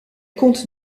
compte